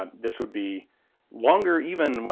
um this would be longer even.